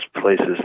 places